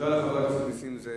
תודה לחבר הכנסת נסים זאב.